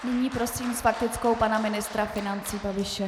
Nyní prosím s faktickou pana ministra financí Babiše.